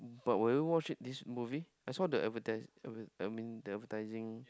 but will you watch it this movie I saw the advertise I mean the advertising